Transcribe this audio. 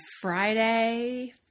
Friday